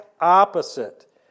opposite